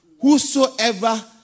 whosoever